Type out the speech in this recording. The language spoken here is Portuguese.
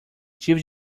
tive